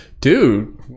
dude